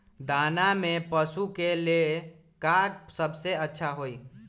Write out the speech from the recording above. दाना में पशु के ले का सबसे अच्छा होई?